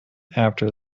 after